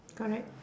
correct